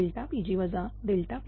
Pg PL